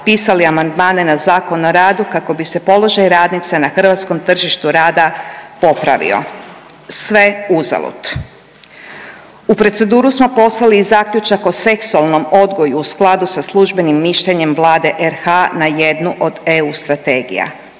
pisali amandmane na Zakon o radu kako bi se položaj radnica na hrvatskom tržištu rada popravio. Sve uzalud. U proceduru smo poslali i zaključak o seksualnom odgoju u skladu sa službenim mišljenjem Vlade RH na jednu od eu strategija,